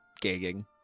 gagging